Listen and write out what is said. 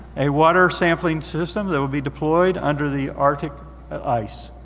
a water sampling system that will be deployed under the arctic ice,